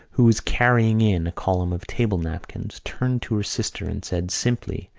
who was carrying in a column of table-napkins, turned to her sister and said, simply,